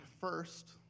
first